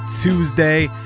Tuesday